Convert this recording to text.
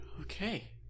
Okay